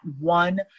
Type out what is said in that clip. one